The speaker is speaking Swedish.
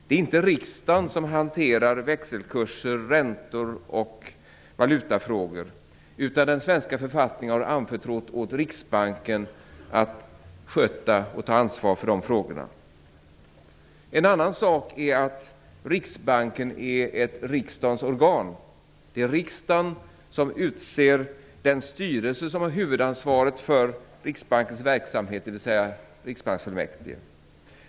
Det är inte riksdagen som hanterar växelkurser, räntor och valutafrågor, utan den svenska författningen har anförtrott åt Riksbanken att sköta och ta ansvar för de frågorna. En annan sak är att Riksbanken är ett riksdagens organ. Det är riksdagen som utser den styrelse som har huvudansvaret för Riksbankens verksamhet, dvs. riksbanksfullmäktige.